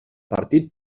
partit